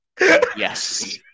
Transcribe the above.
Yes